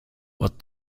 what